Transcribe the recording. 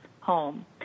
home